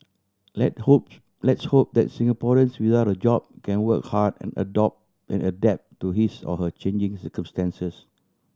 let hope let's hope that Singaporeans without a job can work hard and adopt and adapt to his or her changing circumstances